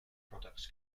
products